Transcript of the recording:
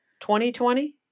2020